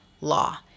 law